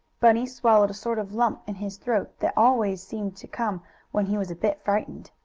bunny swallowed a sort of lump in his throat that always seemed to come when he was a bit frightened.